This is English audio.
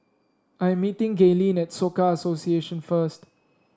I am meeting Gaylene at Soka Association first